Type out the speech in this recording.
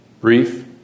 brief